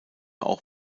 auch